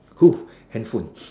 cool handphone